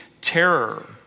terror